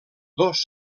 dos